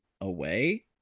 away